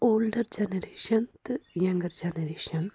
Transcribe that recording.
older generation تہٕ younger generation